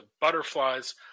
butterflies